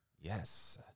Yes